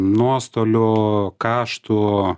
nuostolių kaštų